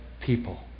people